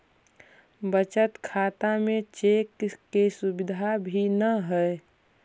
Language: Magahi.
बचत खाता में चेक के सुविधा भी न हइ